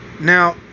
Now